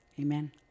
Amen